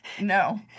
No